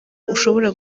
ushobora